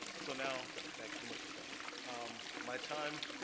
so now back to the mushy stuff um my time